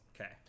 Okay